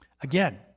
Again